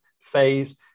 phase